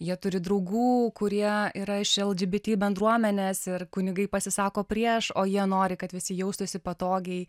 jie turi draugų kurie yra iš lgbt bendruomenės ir kunigai pasisako prieš o jie nori kad visi jaustųsi patogiai